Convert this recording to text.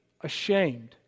ashamed